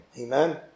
Amen